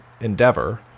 endeavor